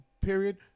period